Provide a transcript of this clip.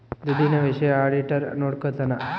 ದುಡ್ಡಿನ ವಿಷಯ ಆಡಿಟರ್ ನೋಡ್ಕೊತನ